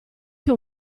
che